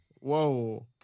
Whoa